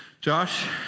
Josh